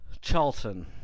Charlton